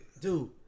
dude